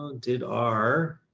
um did our,